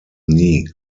nigh